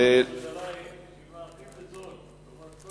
עד היום שילמה הכי בזול.